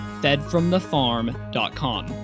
fedfromthefarm.com